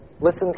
Listen